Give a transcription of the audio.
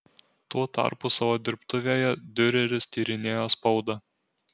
tuo tarpu savo dirbtuvėje diureris tyrinėjo spaudą